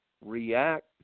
react